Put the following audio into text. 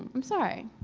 i'm sorry.